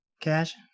cash